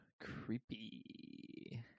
Creepy